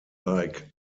like